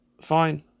fine